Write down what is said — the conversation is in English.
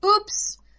oops